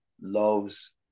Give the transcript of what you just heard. loves